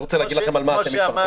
לא רוצה להגיד להם ממה אתם מתפרנסים.